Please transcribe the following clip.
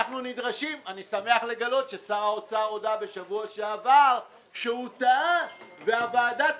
אני שמח לגלות ששר האוצר הודה בשבוע שעבר שהוא טעה והוועדה צדקה.